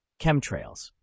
Chemtrails